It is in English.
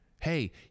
Hey